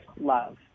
love